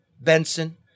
Benson